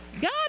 God